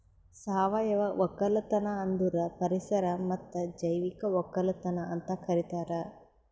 ಸಾವಯವ ಒಕ್ಕಲತನ ಅಂದುರ್ ಪರಿಸರ ಮತ್ತ್ ಜೈವಿಕ ಒಕ್ಕಲತನ ಅಂತ್ ಕರಿತಾರ್